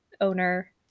owner